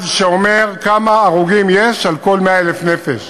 שאומר כמה הרוגים יש על כל 100,000 נפש.